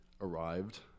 arrived